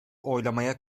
oylamaya